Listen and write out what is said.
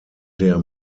der